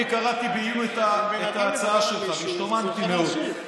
אני קראתי בעיון את ההצעה שלך והשתוממתי מאוד.